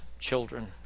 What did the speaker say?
children